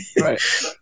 Right